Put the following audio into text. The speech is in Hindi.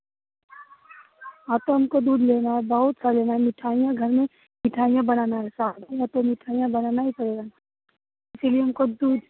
हाँ तो हमको दूध लेना है बहुत सा लेना है मिठाइयाँ घर में मिठाइयाँ बनाना है मिठाइयाँ बनाना ही पड़ेगा इसीलिये हमको दूध